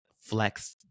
flex